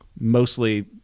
mostly